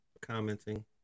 Commenting